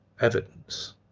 evidence